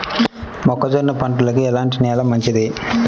మొక్క జొన్న పంటకు ఎలాంటి నేల మంచిది?